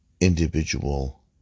individual